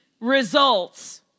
results